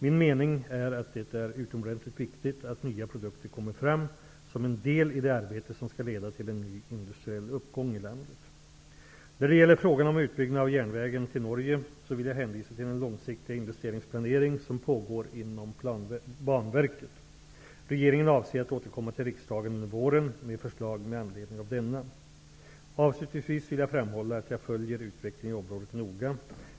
Min mening är att det är utomordentligt viktigt att nya produkter kommer fram som en del i det arbete som skall leda till en ny industriell uppgång i landet. När det gäller frågan om utbyggnad av järnvägen till Norge vill jag hänvisa till den långsiktiga investeringsplanering som pågår inom Banverket. Regeringen avser att återkomma till riksdagen under våren med förslag med anledning av denna. Avslutningsvis vill jag framhålla att jag följer utvecklingen i området noga.